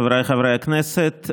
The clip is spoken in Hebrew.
חבריי חברי הכנסת,